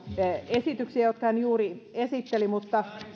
esityksiä jotka hän juuri esitteli mutta